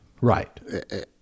Right